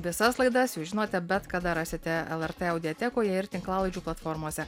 visas laidas jūs žinote bet kada rasite lrt audiotekoje ir tinklalaidžių platformose